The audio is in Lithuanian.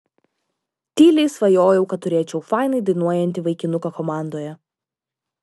tyliai svajojau kad turėčiau fainai dainuojantį vaikinuką komandoje